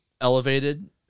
elevated